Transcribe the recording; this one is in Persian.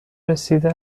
رسیده